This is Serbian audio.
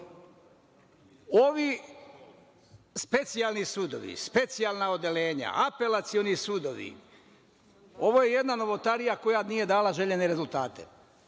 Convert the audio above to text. ovi specijalni sudovi, specijalna odeljenja, apelacioni sudovi, ovo je jedna novotarija koja nije dala željene rezultate,